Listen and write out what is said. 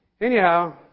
Anyhow